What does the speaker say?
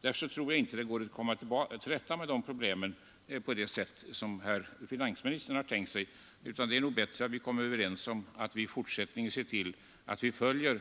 Därför tror jag inte det går att komma till rätta med problemen på det sätt som herr finansministern har tänkt sig, utan det är nog bättre att vi kommer överens om att i fortsättningen se till att vi följer